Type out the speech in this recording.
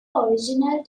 original